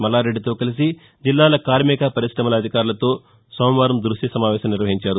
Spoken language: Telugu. మల్లారెడ్డితో కలిసి జిల్లాల కార్మిక పర్మిశమల శాఖల అధికారులతో సోమవారం ద్బశ్య సమావేశం నిర్వహించారు